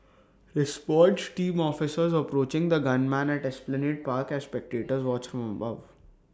response team officers approaching the gunman at esplanade park as spectators watch from above